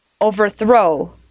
overthrow